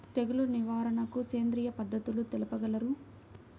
తెగులు నివారణకు సేంద్రియ పద్ధతులు తెలుపగలరు?